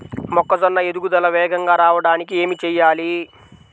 మొక్కజోన్న ఎదుగుదల వేగంగా రావడానికి ఏమి చెయ్యాలి?